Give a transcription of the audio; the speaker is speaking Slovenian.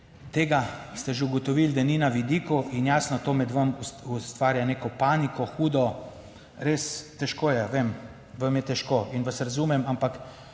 tega ste že ugotovili, da ni na vidiku in jasno to med vami ustvarja neko paniko, hudo, res težko je, vem, vam je težko in vas razumem, ampak